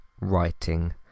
writing